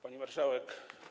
Pani Marszałek!